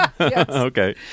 Okay